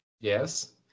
Yes